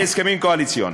בהסכם קואליציוניים.